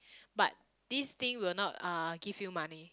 but this thing will not uh give you money